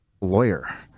Lawyer